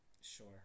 Sure